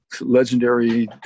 legendary